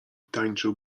tańczył